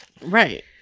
Right